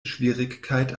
schwierigkeit